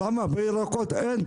למה בירקות אין?